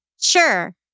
Sure